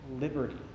liberty